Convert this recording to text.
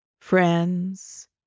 friends